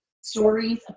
stories